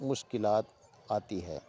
مشکلات آتی ہے